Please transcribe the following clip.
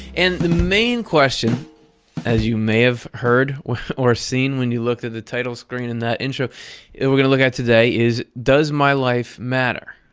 and the main question as you may have heard or seen when you looked at the title screen in that intro we're going to look at today is does my life matter?